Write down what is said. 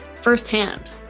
firsthand